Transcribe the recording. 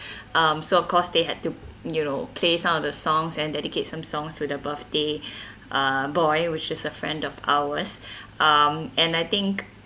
um so of course they had to you know play some of the songs and dedicate some songs to the birthday uh boy which is a friend of ours um and I think